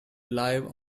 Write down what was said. live